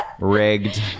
rigged